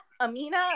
amina